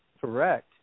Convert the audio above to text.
Correct